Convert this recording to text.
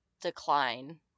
decline